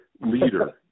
leader